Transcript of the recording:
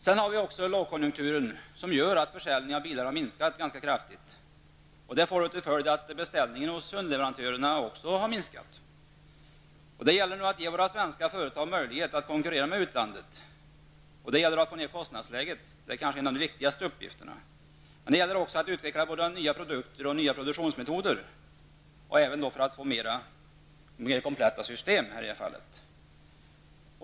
Sedan har vi också lågkonjunkturen som gör att försäljningen av bilar minskar ganska kraftigt, och det får till följd att beställningarna hos underleverantörerna minskar. Det gäller nu att ge våra svenska företag möjlighet att konkurrera med utlandet. Det gäller att få ner kostnaderna, vilket kanske är en av de viktigaste uppgifterna. Men det gäller också att utveckla både nya produkter och nya produktionsmetoder och även få mer kompletta system.